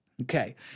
Okay